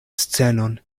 scenon